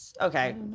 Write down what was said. Okay